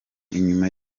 inyuma